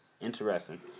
Interesting